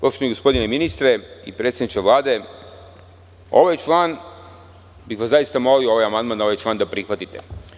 Poštovani gospodine ministre i predsedniče Vlade, zaista bih vas molio da ovaj amandman na ovaj član prihvatite.